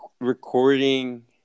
recording